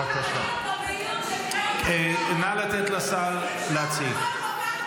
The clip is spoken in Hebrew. בבקשה, נא לתת לשר להציג.